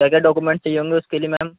کیا کیا ڈوکومنٹ چاہیے ہوں گے اُس کے لیے میم